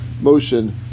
motion